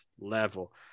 level